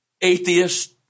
atheist